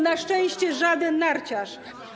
Na szczęście żaden narciarz.